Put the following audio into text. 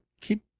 keep